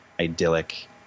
idyllic